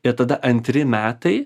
ir tada antri metai